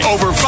Over